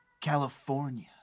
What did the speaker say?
California